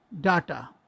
data